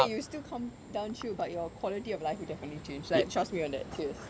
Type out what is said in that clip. you will still come down chill but your quality of life will definitely change like trust me on that serious